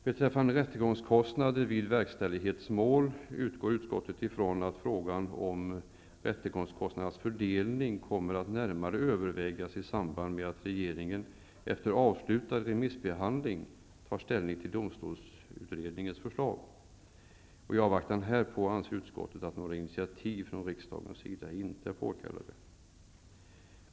Beträffande rättegångskostnader vid verkställighetsmål utgår utskottet från att frågan om rättegångskostnadernas fördelning kommer att närmare övervägas i samband med att regeringen efter avslutad remissbehandling tar ställning till domstolsutredningens förslag. I avvaktan härpå anser utskottet att några initiativ från riksdagens sidan inte är påkallade.